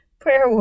prayer